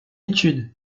étude